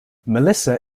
melissa